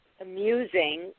amusing